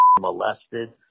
molested